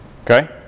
Okay